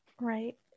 Right